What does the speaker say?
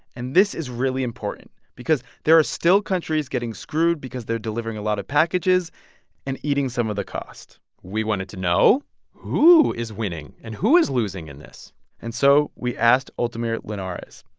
and this is really important because there are still countries getting screwed because they're delivering a lot of packages and eating some of the cost we wanted to know who is winning and who is losing in this and so we asked altamir linhares.